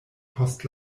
post